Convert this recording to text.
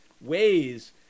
ways